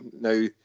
now